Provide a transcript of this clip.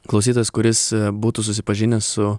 klausytojas kuris būtų susipažinęs su